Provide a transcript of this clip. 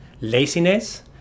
Laziness